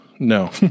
No